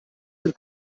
denn